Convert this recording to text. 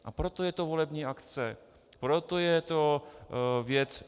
A proto je to volební akce, proto je to věc...